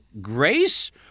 grace